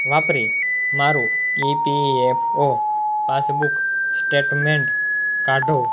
વાપરી મારું E P F O passbook statement કાઢો